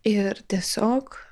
ir tiesiog